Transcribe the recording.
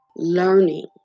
Learning